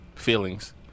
feelings